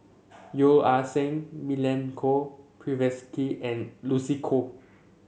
Yeo Ah Seng Milenko Prvacki and Lucy Koh